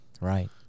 right